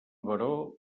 baró